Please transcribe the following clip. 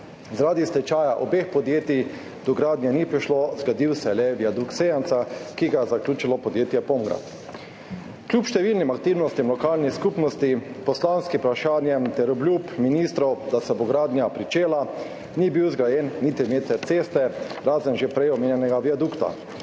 Zaradi stečaja obeh podjetij do gradnje ni prišlo, zgradil se je le viadukt Sejanca, ki ga je zaključilo podjetje Pomgrad. Kljub številnim aktivnostim lokalnih skupnosti, poslanskim vprašanjem ter obljubam ministrov, da se bo gradnja pričela, ni bil zgrajen niti meter ceste, razen že prej omenjenega viadukta.